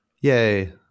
Yay